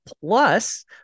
Plus